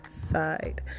side